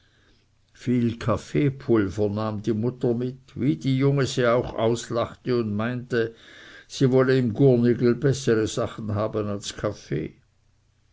viel kaffeepulver nahm die mutter mit wie die junge sie auch auslachte und meinte sie wolle im gurnigel bessere sachen haben als kaffee